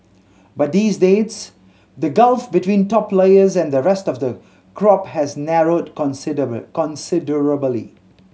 but these days the gulf between top layers and the rest of the crop has narrowed considerably